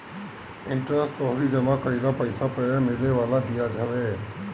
interest तोहरी जमा कईल पईसा पअ मिले वाला बियाज हवे